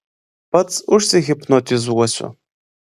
pats užsihipnotizuosiu